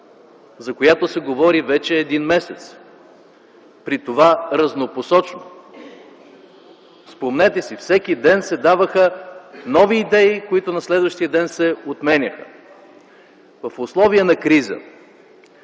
за която се говори вече един месец, при това разнопосочно. Спомнете си – всеки ден се даваха нови идеи, които на следващия ден се отменяха. В условия на криза